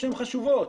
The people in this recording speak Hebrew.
שהן חשובות,